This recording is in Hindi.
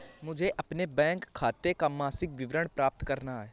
मुझे अपने बैंक खाते का मासिक विवरण प्राप्त करना है?